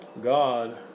God